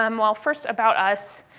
um well, first about us.